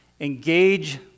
Engage